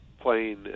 playing